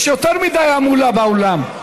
יש יותר מדי המולה באולם.